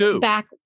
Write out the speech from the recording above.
back